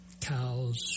cows